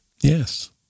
Yes